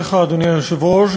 אדוני היושב-ראש,